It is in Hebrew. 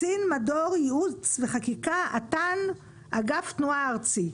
קצין מדור ייעוץ וחקיקה, את"ן, אגף תנועה ארצי,